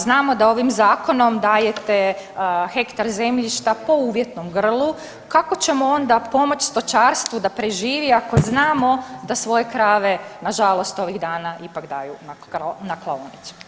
Znamo da ovim zakonom dajete hektar zemljišta po uvjetom grlu, kako ćemo onda pomoći stočarstvu da preživi ako znamo da svoje krave nažalost ovih dana ipak daju na klaonicu.